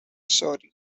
sorry